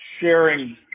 sharing